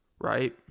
Right